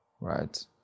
right